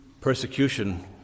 persecution